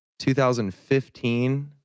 2015